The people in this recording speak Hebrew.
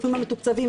הגופים המתוקצבים,